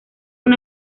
una